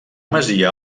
masia